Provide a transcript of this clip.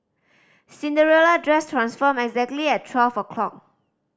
Cinderella dress transformed exactly at twelve o'clock